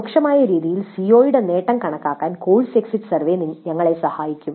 പരോക്ഷമായ രീതിയിൽ സിഒയുടെ നേട്ടം കണക്കാക്കാൻ കോഴ്സ് എക്സിറ്റ് സർവേ ഞങ്ങളെ സഹായിക്കും